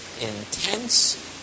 intense